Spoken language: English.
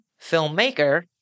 filmmaker